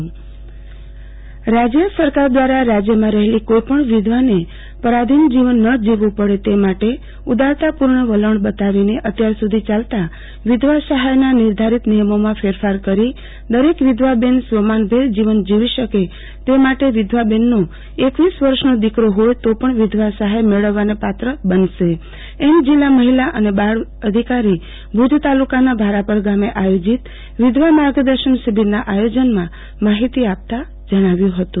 આરતીબેન ભદ્દ વિધવા સહાય નિયમમાં છૂટછાટ રાજ્ય સરકાર દ્રારા રાજ્યમાં રહેતી કોઈપણ વિધવા પરાધીન જીવન ન જીવવું પડે તે માટે ઉદારતાપુર્ણ વલણ બતાવીને અત્યાર સુધી યાલતા વિધવા સહાયના નિર્ધારીત નિયમોમાં ફેરફાર કરી દરેક વિધવા બેન સ્વમાનભેર જીવન જીવી શકે તે માટે વિધવાબેનનો એકવીસ વર્ષનો દિકરો હોય તો પણ વિધવા સહાય મેળવવાને પાત્ર બનશે એમ જિલ્લા મહિલા અને બાળ વિકાસ અધિકારી ભુજ તાલુકાના ભારાપર ગામે આયોજીત વિધવા માર્ગદર્શન શિબિરના આયોજનમાં માહિતી આપતા જણાવ્યુ હતું